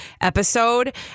episode